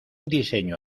diseño